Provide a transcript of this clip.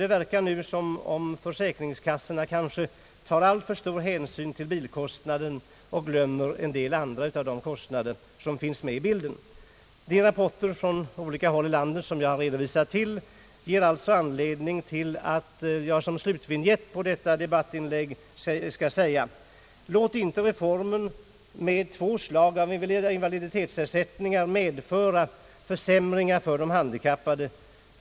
Det verkar nu som om försäkringskassorna tar alltför stor hänsyn till bilkostnaden och slömmer en del av de andra kostnaderna. De rapporter som jag redovisat från olika håll i landet ger mig anledning att som slutvinjett på detta debattinlägg säga följande. Låt inte reformen med två slag av invaliditetsersättningar medföra försämringar för de handikappade.